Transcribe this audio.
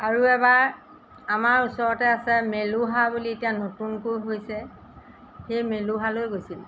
আৰু এবাৰ আমাৰ ওচৰতে আছে মেলোহা বুলি এতিয়া নতুনকৈ হৈছে সেই মেলোহালৈ গৈছিলোঁ